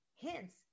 Hence